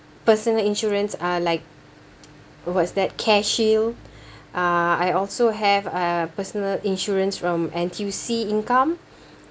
personal insurance uh like what's that careshield uh I also have a personal insurance from N_T_U_C income